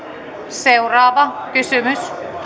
seuraava kysymys